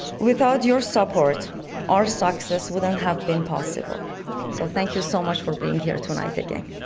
without your support our success wouldn't have been possible so thank you so much for being here tonight. again